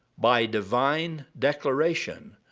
by divine declaration,